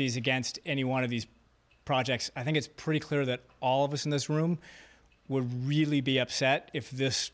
seize against any one of these projects i think it's pretty clear that all of us in this room would really be upset if this